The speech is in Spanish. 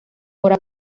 ahora